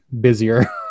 busier